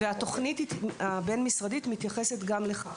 והתוכנית הבין-משרדית מתייחסת גם לכך.